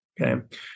Okay